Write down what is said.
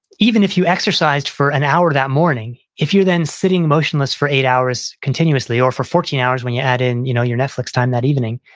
even if you exercised for an hour that morning, if you're then sitting motionless for eight hours continuously or for fourteen hours, when you add in you know your netflix time that evening,